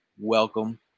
Welcome